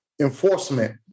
enforcement